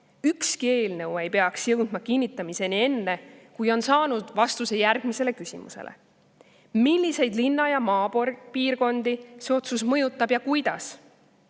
Ükski eelnõu ei peaks jõudma kinnitamiseni enne, kui on saadud vastus järgmistele küsimustele. Milliseid linna‑ ja maapiirkondi see otsus mõjutab ja kuidas?